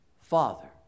Father